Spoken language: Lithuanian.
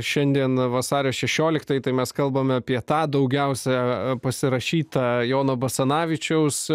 šiandien vasario šešioliktai tai mes kalbame apie tą daugiausią pasirašytą jono basanavičiaus